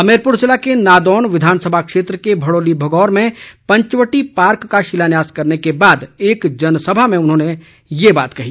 हमीरपुर जिले के नादौन विधानसभा क्षेत्र के भड़ोली भगौर में पंचवटी पार्क का शिलान्यास करने के बाद एक जनसभा में उन्होंने ये बात कही